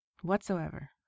whatsoever